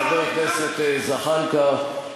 של הממשלה.